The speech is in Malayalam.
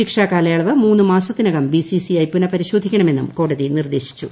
ശിക്ഷാ കാല്യളവ് മൂന്ന് മാസത്തിനകം ബി സി സി ഐ പുനഃപരിശോധിക്കണമെന്നും കോടതി നിർദ്ദേശിച്ചു